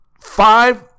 five